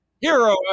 hero